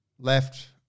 left